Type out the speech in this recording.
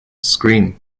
scream